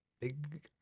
big